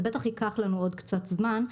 וזה בטח ייקח לנו עוד קצת זמן,